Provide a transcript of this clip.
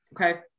Okay